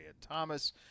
Thomas